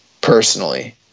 personally